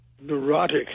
neurotic